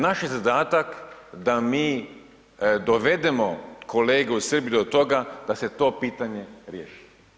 Naš je zadatak da mi dovedemo kolege u Srbiji do toga da se to pitanje riješi.